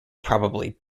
probably